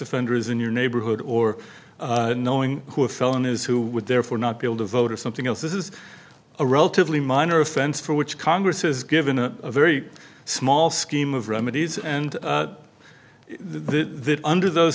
offenders in your neighborhood or knowing who a felon is who would therefore not be able to vote or something else this is a relatively minor offense for which congress is given a very small scheme of remedies and the under those